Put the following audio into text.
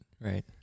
Right